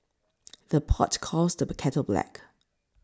the pot calls the kettle black